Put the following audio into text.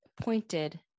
pointed